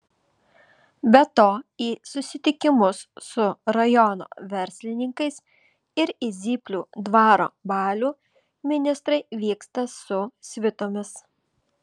be to į susitikimus su rajono verslininkais ir į zyplių dvaro balių ministrai vyksta su svitomis